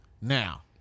Now